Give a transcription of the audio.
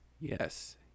yes